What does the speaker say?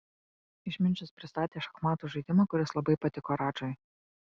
išminčius pristatė šachmatų žaidimą kuris labai patiko radžai